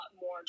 more